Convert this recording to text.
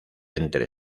entre